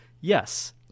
yes